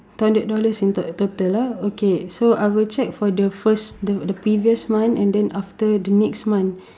two hundred dollars in total ah okay so I will check for the first the the previous month and then after the next month